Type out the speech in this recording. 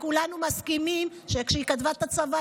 וכולנו מסכימים שכשהיא כתבה את הצוואה